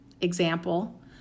Example